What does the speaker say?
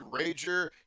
rager